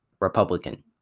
Republican